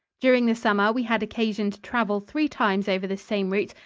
during the summer we had occasion to travel three times over this same route,